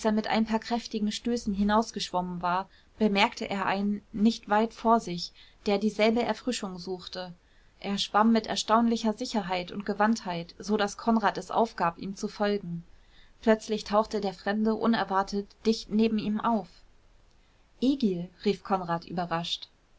mit ein paar kräftigen stößen hinausgeschwommen war bemerkte er einen nicht weit vor sich der dieselbe erfrischung suchte er schwamm mit erstaunlicher sicherheit und gewandtheit so daß konrad es aufgab ihm zu folgen plötzlich tauchte der fremde unerwartet dicht neben ihm auf egil rief konrad überrascht